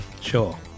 Sure